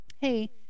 hey